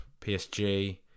PSG